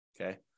Okay